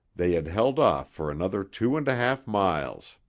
they had held off for another two and a half miles.